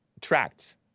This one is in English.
tracts